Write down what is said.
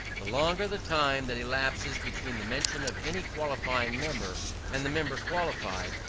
the longer the time that elapses between the mention of any qualifying member and the member qualified,